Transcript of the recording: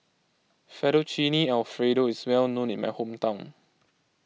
Fettuccine Alfredo is well known in my hometown